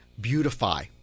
beautify